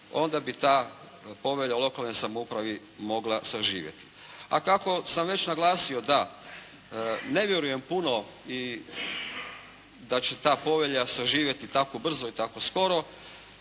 onda bi ta Povelja o lokalnoj samoupravi mogla saživjeti. A kako sam već naglasio da ne vjerujem puno i da će ta povelja saživjeti tako brzo i tako skoro,